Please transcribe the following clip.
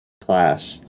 class